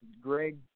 Greg